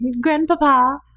Grandpapa